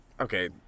okay